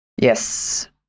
Yes